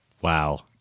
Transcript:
Wow